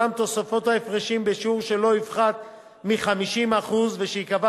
תוספת ההפרשים בשיעור שלא יפחת מ-50% וייקבע